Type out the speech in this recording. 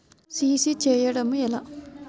CC చేయడము ఎలా?